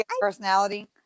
personality